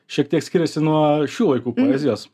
šiek tiek skiriasi nuo šių laikų poezijos